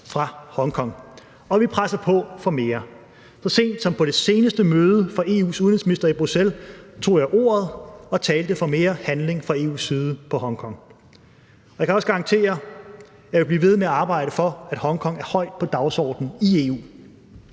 fra Hongkong, og vi presser på for mere. Så sent som på det seneste møde for EU's udenrigsministre i Bruxelles tog jeg ordet og talte for mere handling fra EU's side vedrørende Hongkong. Jeg kan også garantere, at jeg vil blive ved med at arbejde for, at Hongkong er højt på dagsordenen i EU.